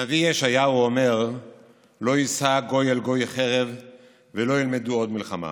הנביא ישעיהו אומר "לא יישא גוי אל גוי חרב ולא ילמדו עוד מלחמה".